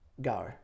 go